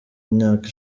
imyaka